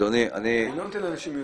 אני לא נותן לאנשים מיותרים.